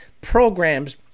programs